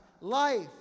life